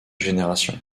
générations